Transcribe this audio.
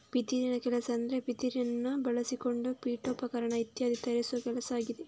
ಬಿದಿರಿನ ಕೆಲಸ ಅಂದ್ರೆ ಬಿದಿರನ್ನ ಬಳಸಿಕೊಂಡು ಪೀಠೋಪಕರಣ ಇತ್ಯಾದಿ ತಯಾರಿಸುವ ಕೆಲಸ ಆಗಿದೆ